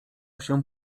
się